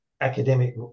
academic